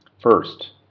First